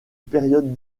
période